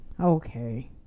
Okay